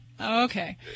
Okay